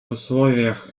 условиях